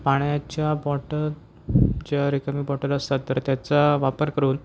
पाण्याच्या बॉटल ज्या रिकाम्या बॉटल असतात तर त्याचा वापर करून